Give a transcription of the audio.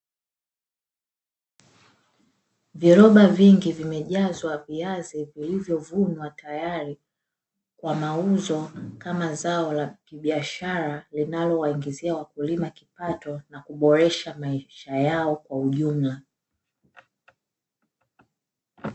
Viroba vingi vimejazwa viazi vilivyovunwa tayari kwa mauzo kama zao la kibiashara linalowaingizia wakulima kipato na kuboresha maisha yao kwa ujumla.